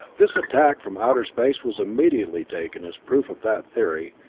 this attack from outer space was immediately taken as proof of that theory,